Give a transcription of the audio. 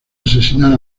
asesinar